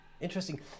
interesting